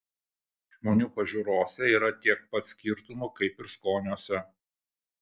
žmonių pažiūrose yra tiek pat skirtumų kaip ir skoniuose